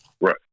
Right